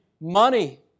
money